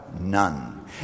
None